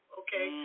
okay